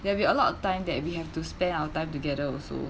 there'll be a lot of time that we have to spend our time together also